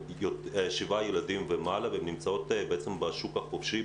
שבעה ילדים ומעלה והן נמצאות בעצם בשוק החופשי,